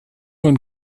und